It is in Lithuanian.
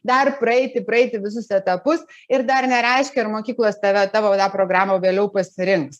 dar praeiti praeiti visus etapus ir dar nereiškia ar mokyklos tave tavo tą programą vėliau pasirinks